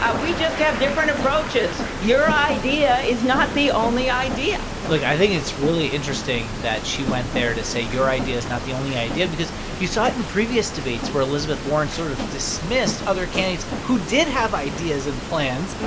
we just have different approaches. your idea is not the only idea look i think it's really interesting that she went there to say your idea is not the only idea because you saw it in previous debates where elizabeth warren sort of dismissed other candidates who did have ideas and plans.